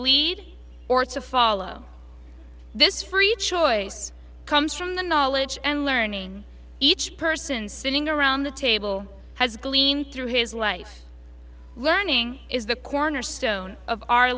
lead or to follow this free choice comes from the knowledge and learning each person sitting around the table has gleaned through his life learning is the cornerstone of our